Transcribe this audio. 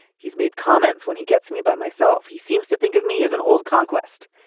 he's made comments when he gets me by myself. he seems to think of me as an old conquest.